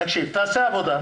תעשה עבודה.